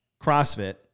CrossFit